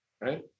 right